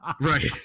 right